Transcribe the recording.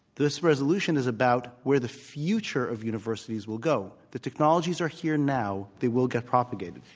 this resolution is about where the future of universities will go. the technologies are here now. they will get propagated.